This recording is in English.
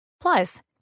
Plus